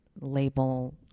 label